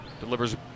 Delivers